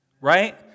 right